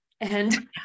And-